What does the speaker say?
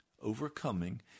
Overcoming